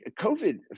COVID